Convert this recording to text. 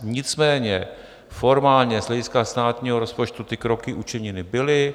Nicméně formálně, z hlediska státního rozpočtu, ty kroky učiněny byly.